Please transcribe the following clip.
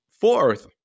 fourth